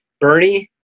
Bernie